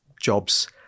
jobs